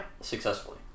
successfully